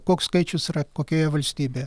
koks skaičius yra kokioje valstybėje